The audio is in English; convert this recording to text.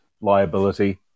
liability